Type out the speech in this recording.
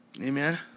Amen